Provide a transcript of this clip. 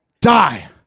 die